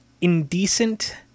Indecent